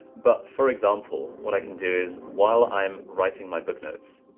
but for example, what i can do is while i'm writing my book notes,